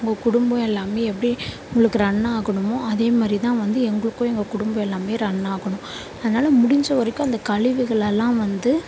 உங்கள் குடும்பம் எல்லாமே எப்படி உங்களுக்கு ரன் ஆகணுமோ அதேமாதிரிதான் வந்து எங்களுக்கும் எங்கள் குடும்பம் எல்லாமே ரன் ஆகணும் அதனால் முடிந்தவரைக்கும் அந்த கழிவுகளெல்லாம் வந்து